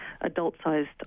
adult-sized